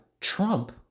Trump